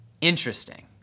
Interesting